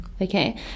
okay